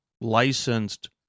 licensed